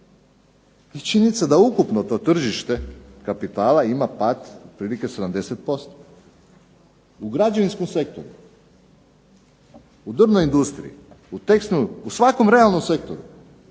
i činjenica je da ukupno to tržište kapitala ima pad otprilike 70%. U građevinskom sektoru, u drvnoj industriji, u tekstilnoj, u svakom realnom sektoru